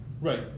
Right